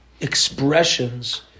expressions